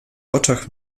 oczach